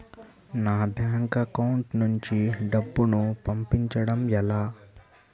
నా bank account నుంచి డబ్బును పంపించడం ఎలా?